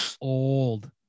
old